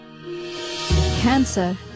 Cancer